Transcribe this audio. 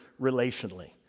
relationally